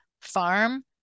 farm